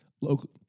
Local